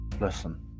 Listen